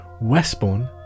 Westbourne